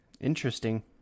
interesting